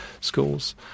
schools